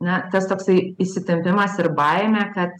na tas toksai įsitempimas ir baimė kad